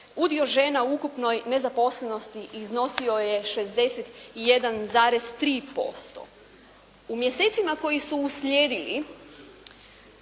udio žena u ukupnoj nezaposlenosti iznosio je 61,3%. U mjesecima koji su uslijedili